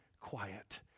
quiet